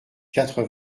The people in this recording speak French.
quatre